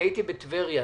הייתי בטבריה.